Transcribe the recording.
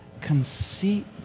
conceit